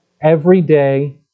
everyday